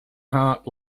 heart